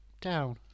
down